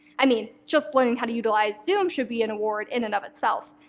i mean just learning how to utilize zoom should be an award in and of itself.